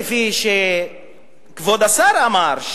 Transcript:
כפי שכבוד השר אמר,